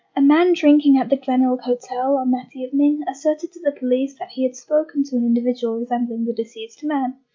a man drinking at the glenelg hotel on that evening asserted to the police that he had spoken to an individual resembling the deceased man,